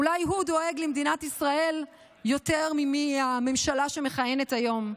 אולי הוא דואג למדינת ישראל יותר מהממשלה שמכהנת היום.